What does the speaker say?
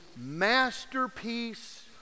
masterpiece